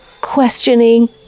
questioning